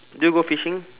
do you go fishing